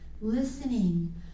listening